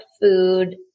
food